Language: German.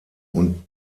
und